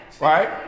right